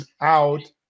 out